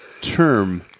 term